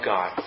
God